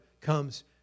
comes